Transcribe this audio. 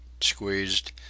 squeezed